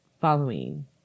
following